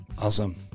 Awesome